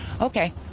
Okay